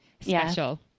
special